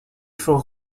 fort